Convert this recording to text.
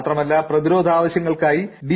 മാത്രമല്ല പ്രതിരോധ ആവശ്യങ്ങൾക്കായി ഡി